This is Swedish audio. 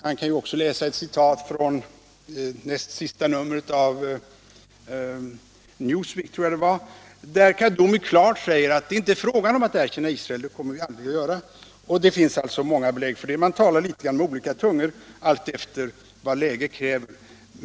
Men han kunde också ha läst ett citat av samme man från det näst senaste numret av tidningen Newsweek, där det klart sägs att det inte är fråga om att erkänna Israel. Det kommer vi aldrig att göra, sade han. Och det finns många belägg för det. Man talar alltså här med litet olika tungor alltefter vad läget kräver.